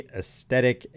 Aesthetic